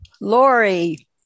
Lori